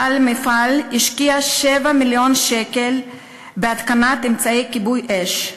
בעל המפעל השקיע 7 מיליון שקל בהתקנת אמצעי כיבוי אש,